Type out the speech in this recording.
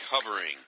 covering